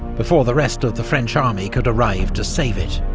before the rest of the french army could arrive to save it,